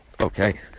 okay